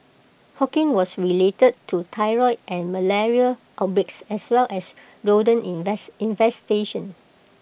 hawking was related to typhoid and malaria outbreaks as well as rodent infestations